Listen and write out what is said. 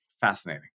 fascinating